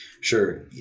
sure